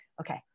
okay